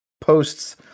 posts